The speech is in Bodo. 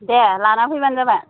दे लाना फैबानो जाबाय